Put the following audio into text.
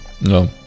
No